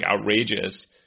outrageous